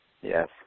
Yes